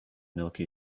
milky